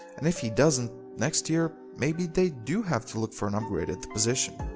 and if he doesn't next year maybe they do have to look for an upgrade at the position,